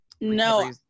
no